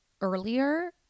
earlier